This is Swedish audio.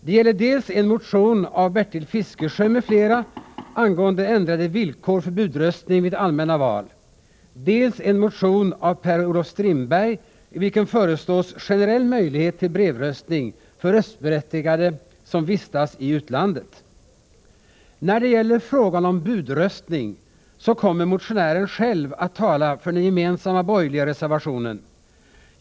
Det gäller dels en motion av Bertil Fiskesjö m.fl. angående ändrade villkor för budröstning vid allmänna val, dels en motion av Per-Olof Strindberg i vilken föreslås generell möjlighet till brevröstning för röstberättigade som vistas i utlandet. När det gäller frågan om budröstning, så kommer motionären själv att tala för den gemensamma borgerliga reservationen.